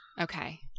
Okay